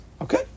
Okay